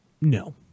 No